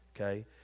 Okay